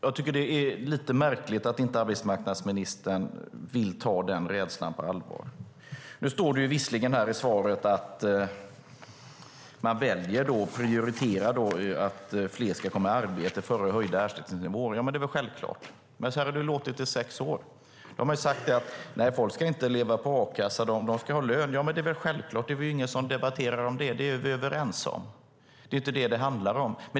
Jag tycker att det är lite märkligt att arbetsmarknadsministern inte vill ta den oron på allvar. Visserligen står det i svaret att man väljer att prioritera att fler ska komma i arbete före höjda ersättningsnivåer. Ja, det är väl självklart, men så har det ju låtit i sex år. Man har sagt: Nej, folk ska inte leva på a-kassa utan de ska ha lön. Ja, men det är väl självklart. Det är väl ingen som debatterar om det. Det är vi överens om, och det är inte det som det handlar om.